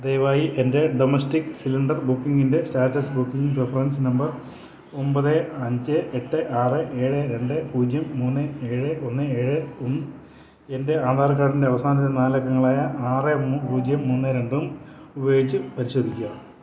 ദയവായി എൻ്റെ domestic cylinder ബുക്കിംഗിൻ്റെ സ്റ്റാറ്റസ് ബുക്കിംഗ് റഫറൻസ് നമ്പർ ഒമ്പത് അഞ്ച് എട്ട് ആറ് ഏഴ് രണ്ട് പൂജ്യം മൂന്ന് ഏഴ് ഒന്ന് ഏഴും എൻ്റെ ആധാർ കാർഡിൻ്റെ അവസാനത്തെ നാല് അക്കങ്ങളായ ആറ് മൂന്ന് പൂജ്യം മൂന്ന് രണ്ടും ഉപയോഗിച്ച് പരിശോധിക്കുക